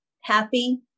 happy